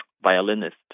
violinist